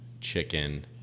chicken